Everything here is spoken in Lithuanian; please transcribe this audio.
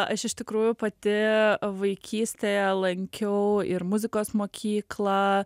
aš iš tikrųjų pati vaikystėje lankiau ir muzikos mokyklą